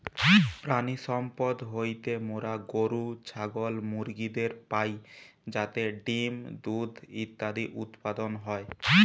প্রাণিসম্পদ হইতে মোরা গরু, ছাগল, মুরগিদের পাই যাতে ডিম্, দুধ ইত্যাদি উৎপাদন হয়